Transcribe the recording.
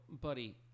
buddy